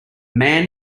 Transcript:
man